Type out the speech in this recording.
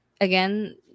again